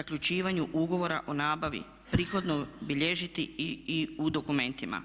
zaključivanju ugovora o nabavi prethodno bilježiti u dokumentima.